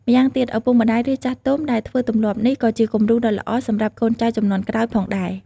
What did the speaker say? ម្យ៉ាងទៀត ឪពុកម្ដាយ ឬចាស់ទុំដែលធ្វើទម្លាប់នេះ ក៏ជាគំរូដ៏ល្អសម្រាប់កូនចៅជំនាន់ក្រោយផងដែរ។